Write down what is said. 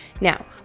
Now